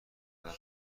قدرت